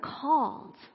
called